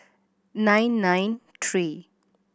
nine nine three